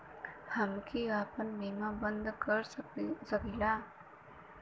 हमके आपन बीमा बन्द कर सकीला?